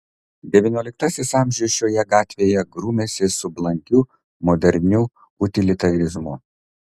devynioliktasis amžius šioje gatvėje grūmėsi su blankiu moderniu utilitarizmu